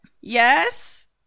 Yes